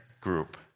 group